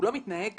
הוא לא מתנהג ככה.